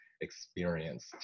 experience